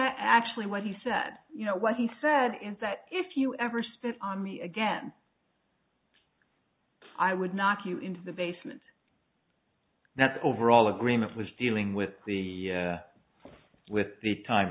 not actually what he said you know what he said and that if you ever spit on me again i would knock you into the basement that overall agreement was dealing with the with the time